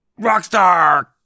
Rockstar